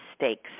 mistakes